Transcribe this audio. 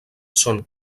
són